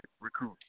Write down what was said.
recruit